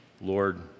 Lord